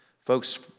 folks